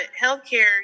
healthcare